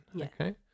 Okay